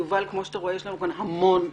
יובל, כמו שאתה רואה יש לנו כאן המון משתתפים,